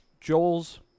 Joel's